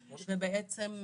ובעצם,